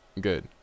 good